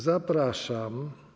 Zapraszam.